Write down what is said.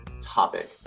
topic